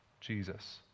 Jesus